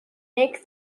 make